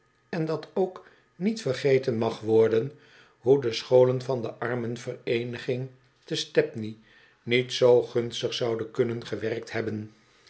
en dat ook niet vergeten mag worden hoe de scholen van de armenvereeniging te stepney niet z gunstig zouden kunnen gewerkt hebben